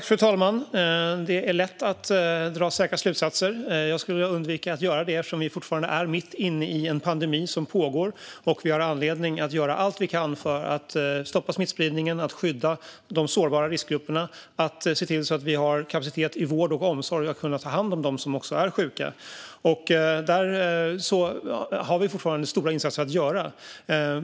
Fru talman! Det är lätt att dra säkra slutsatser. Jag skulle vilja undvika att göra det eftersom vi fortfarande är mitt inne i en pandemi som pågår. Vi har anledning att göra allt vi kan för att stoppa smittspridningen, skydda de sårbara riskgrupperna och se till att vi har kapacitet i vård och omsorg att ta hand om dem som är sjuka. Där har vi fortfarande stora insatser att göra.